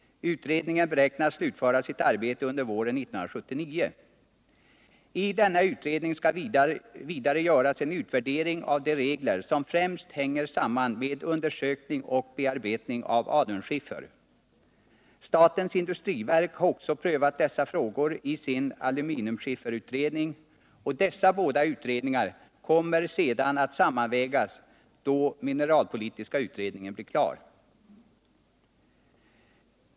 Utredningen beräknas slutföra sitt arbete under våren 1979. I denna utredning skall vidare göras en utvärdering av de regler som främst hänger samman med undersökning och bearbetning av alunskiffer. Också statens industriverk har prövat dessa frågor i sin alunskifferutredning, och dessa båda utredningar kommer sedan att sammanvägas då den mineralpolitiska utredningen blir klar.